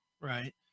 Right